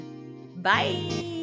Bye